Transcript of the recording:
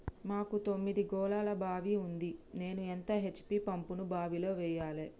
మాకు తొమ్మిది గోళాల బావి ఉంది నేను ఎంత హెచ్.పి పంపును బావిలో వెయ్యాలే?